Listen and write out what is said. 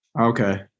Okay